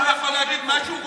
הוא יכול להגיד מה שהוא רוצה,